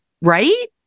right